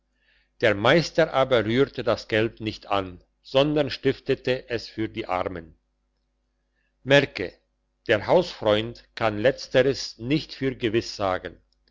der meister aber rührte das geld nicht an sondern stiftete es für die armen merke der hausfreund kann letzteres nicht für gewiss sagen